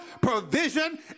provision